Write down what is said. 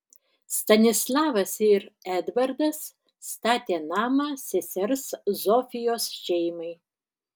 stanislavas ir edvardas statė namą sesers zofijos šeimai